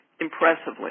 impressively